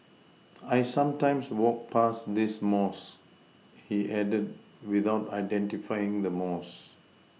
I sometimes walk past this mosque he added without identifying the mosque